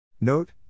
Note